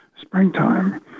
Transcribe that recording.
springtime